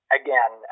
again